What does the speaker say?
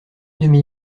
demi